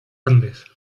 andes